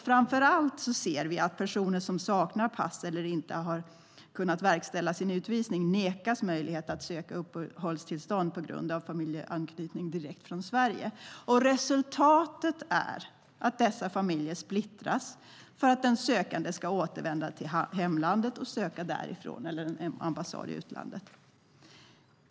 Framför allt ser vi att personer som saknar pass eller inte har kunnat verkställa sin utvisning nekas möjlighet att direkt från Sverige söka uppehållstillstånd på grund av familjeanknytning. Resultatet är att dessa familjer splittras för att den sökande ska återvända till hemlandet och söka därifrån eller från en ambassad i utlandet.